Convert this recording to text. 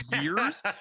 years